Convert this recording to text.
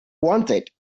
wanted